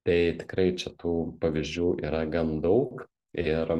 tai tikrai čia tų pavyzdžių yra gan daug ir